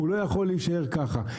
הוא לא יכול להישאר ככה.